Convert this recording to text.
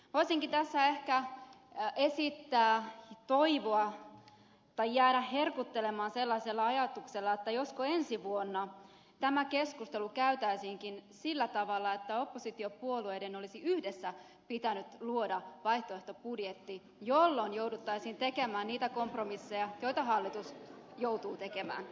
voisinkin tässä ehkä esittää toivoa tai jäädä herkuttelemaan sellaisella ajatuksella että josko ensi vuonna tämä keskustelu käytäisiinkin sillä tavalla että oppositiopuolueiden olisi yhdessä pitänyt luoda vaihtoehtobudjetti jolloin jouduttaisiin tekemään niitä kompromisseja joita hallitus joutuu tekemään